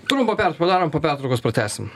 trumpą pertrauką padarom po pertraukos pratęsim